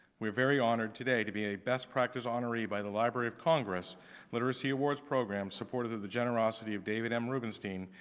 we're very honored today to be a best practice honoree by the library of congress literacy awards program, supported through the generosity of david m. rubenstein,